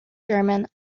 german